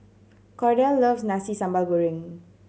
Cordell loves Nasi Sambal Goreng